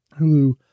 Hulu